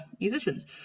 musicians